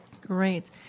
Great